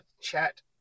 Chat